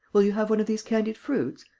will you have one of these candied fruits.